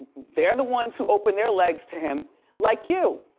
they're the ones who opened their legs to him like you.